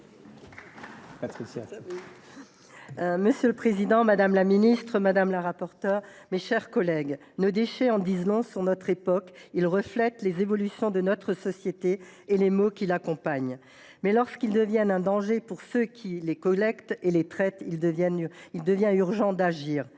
Monsieur le président, madame la ministre, mes chers collègues, nos déchets en disent long sur notre époque : ils reflètent les évolutions de notre société et les maux qui l’accompagnent. Lorsqu’ils deviennent un danger pour ceux qui les collectent et les traitent, il devient urgent d’agir.